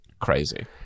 crazy